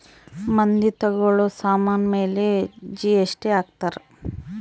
ಮಂದಿ ತಗೋಳೋ ಸಾಮನ್ ಮೇಲೆ ಜಿ.ಎಸ್.ಟಿ ಹಾಕ್ತಾರ್